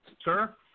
sir